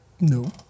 No